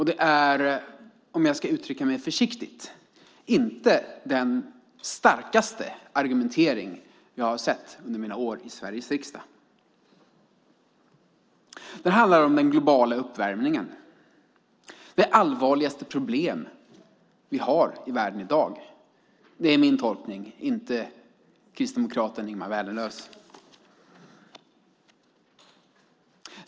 Det är, om jag ska uttrycka mig försiktigt, inte den starkaste argumentering jag sett under mina år i Sveriges riksdag. Motionen handlar om den globala uppvärmningen. Det är det allvarligaste problemet vi har i världen i dag. Det är min tolkning, inte kristdemokraten Ingemar Vänerlövs.